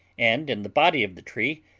and in the body of the tree,